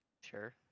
sure